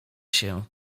się